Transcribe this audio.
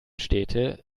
städte